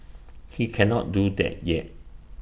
he cannot do that yet